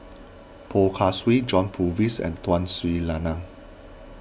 Poh Kay Swee John Purvis and Tun Sri Lanang